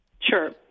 Sure